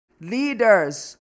leaders